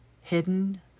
hidden